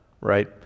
right